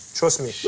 trust me.